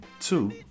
two